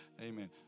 Amen